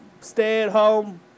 stay-at-home